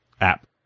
app